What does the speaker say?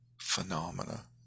phenomena